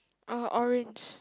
oh orange